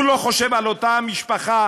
הוא לא חושב על אותה המשפחה